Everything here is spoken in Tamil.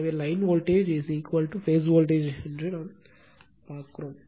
எனவே லைன் வோல்டேஜ் பேஸ் வோல்டேஜ் என்று நாம் பார்க்கிறோம்